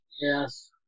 yes